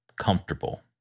comfortable